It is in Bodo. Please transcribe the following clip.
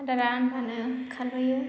आदारआ होनबानो खारबोयो